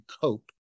cope